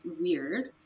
weird